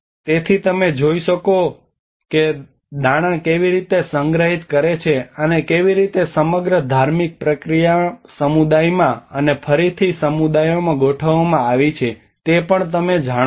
તેથી તમે જોઈ શકો છો કે દાણા કેવી રીતે સંગ્રહિત કરે છે અને કેવી રીતે સમગ્ર ધાર્મિક પ્રક્રિયા સમુદાયમાં અને ફરીથી સમુદાયોમાં ગોઠવવામાં આવી છે તે પણ તમે જાણો છો